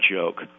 joke